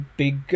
big